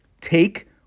Take